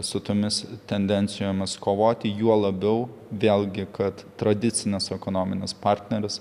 su tomis tendencijomis kovoti juo labiau vėlgi kad tradicinis ekonominis partneris